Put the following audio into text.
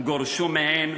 גורשו מהן,